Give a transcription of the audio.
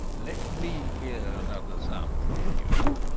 let me hear another sound from you,